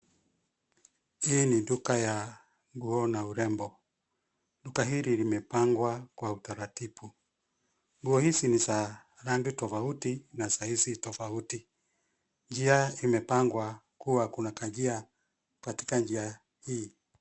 Hii ni duka ya nguo na urembo, duka hili limepangwa kwa utaratibu. Nguo hizi ni za rangi tofauti na za size tofauti. Njia imepangwa kuwa kuna kanjia katika njia hii.